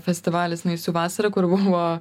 festivalis naisių vasara kur buvo